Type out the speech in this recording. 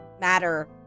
matter